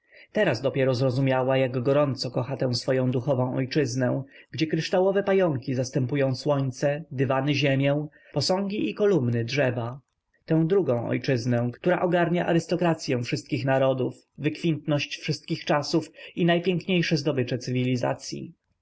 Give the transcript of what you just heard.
teraz dopiero zrozumiała jak gorąco kocha tę swoję duchową ojczyznę gdzie kryształowe pająki zastępują słońce dywany ziemię posągi i kolumny drzewa tę drugą ojczyznę która ogarnia arystokracyą wszystkich narodów wykwintność wszystkich czasów i najpiękniejsze zdobycze cywilizacyi